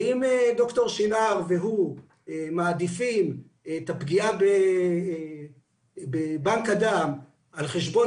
ואם פרופ' שנער והוא מעדיפים את הפגיעה בבנק הדם על חשבון